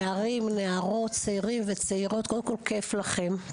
נערים ונערות, צעירים וצעירות, קודם כל, כיף לכם.